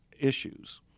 issues